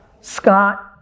Scott